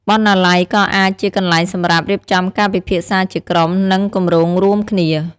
បណ្ណាល័យក៏អាចជាកន្លែងសម្រាប់រៀបចំការពិភាក្សាជាក្រុម និងគម្រោងរួមគ្នា។